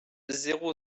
zéro